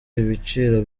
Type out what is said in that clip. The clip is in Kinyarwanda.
ibiciro